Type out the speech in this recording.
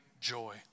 joy